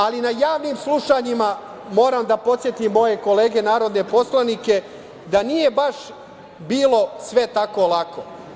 Ali, na javnim slušanjima, moram da podsetim moje kolege narodne poslanike, da nije bilo baš sve tako lako.